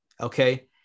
Okay